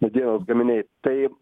medienos gaminiai tai